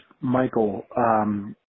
Michael